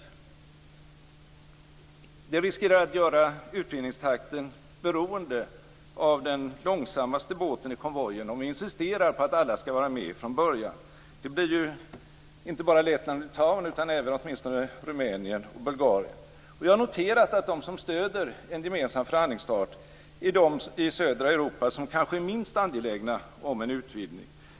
Om vi insisterar på att alla skall vara med från början riskerar vi att göra utvidgningstakten beroende av den långsammaste båten i konvojen. Det handlar inte bara om Lettland och Litauen utan även om åtminstone Jag har noterat att de som stöder en gemensam förhandlingsstart är de i södra Europa som kanske är minst angelägna om en utvidgning.